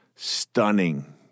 Stunning